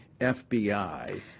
FBI